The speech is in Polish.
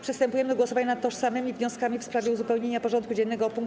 Przystępujemy do głosowania nad tożsamymi wnioskami w sprawie uzupełnienia porządku dziennego o punkt: